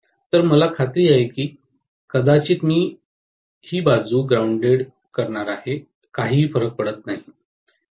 तर मला खात्री आहे की कदाचित ही बाजू ग्राऊंडेड आहे काही फरक पडत नाही